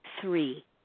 three